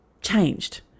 changed